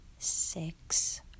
Six